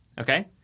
Okay